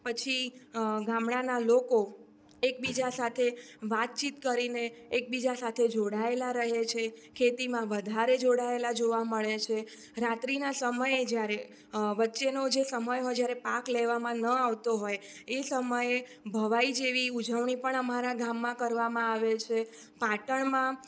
પછી ગામડાનાં લોકો એકબીજા સાથે વાતચીત કરીને એકબીજા સાથે જોડાયેલા રહે છે ખેતીમાં વધારે જોડાયેલા જોવા મળે છે રાત્રિના સમયે જ્યારે વચ્ચેનો જે સમય હોય જ્યારે પાક લેવામાં ન આવતો હોય એ સમયે ભવાઈ જેવી ઉજવણી પણ અમારા ગામમાં કરવામાં આવે છે પાટણમાં